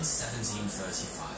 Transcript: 1735